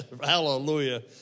Hallelujah